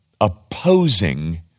opposing